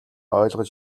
ойлгож